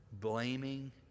blaming